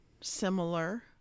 similar